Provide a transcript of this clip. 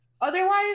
Otherwise